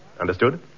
Understood